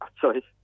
Sorry